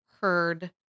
heard